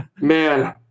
Man